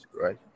right